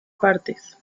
partes